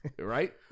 Right